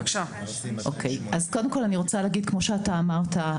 כמו שאמרת,